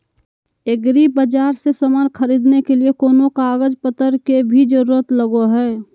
एग्रीबाजार से समान खरीदे के लिए कोनो कागज पतर के भी जरूरत लगो है?